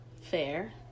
fair